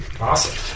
Awesome